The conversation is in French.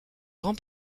grand